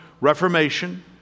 Reformation